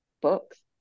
books